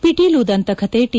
ಪಿಟೀಲು ದಂತಕಥೆ ಟಿ